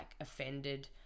offended